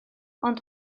ond